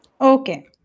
Okay